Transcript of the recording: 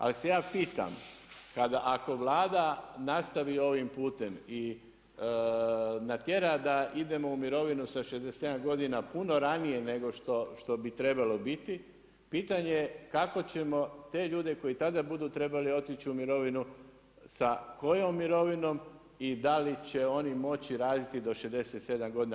Ali se ja pitam kada, ako Vlada nastavi ovim putem i natjera da idemo u mirovinu sa 67 godina puno ranije nego što bi trebalo biti pitanje kako ćemo te ljude koji tada budu trebali otići u mirovinu sa kojom mirovinom i da li će oni moći raditi do 67 godina.